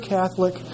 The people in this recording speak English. Catholic